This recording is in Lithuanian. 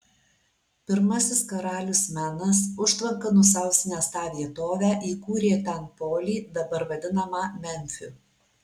pirmasis karalius menas užtvanka nusausinęs tą vietovę įkūrė ten polį dabar vadinamą memfiu